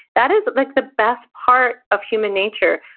that is like the best part of human nature.